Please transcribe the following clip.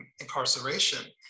incarceration